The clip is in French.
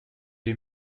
les